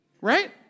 Right